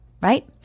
right